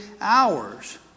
hours